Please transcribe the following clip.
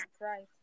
Right